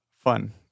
fun